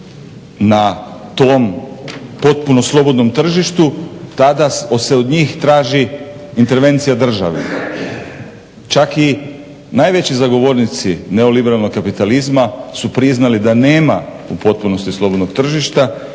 na tom potpunom slobodnom tržištu tada se od njih traži intervencija države. Čak i najveći zagovornici neoliberalnog kapitalizma su priznali da nema u potpunosti slobodnog tržišta